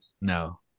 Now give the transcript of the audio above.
No